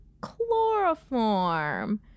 chloroform